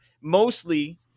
Mostly